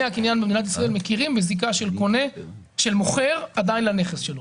דיני הקניין במדינת ישראל עדיין מכירים בזיקה של מוכר לנכס שלו.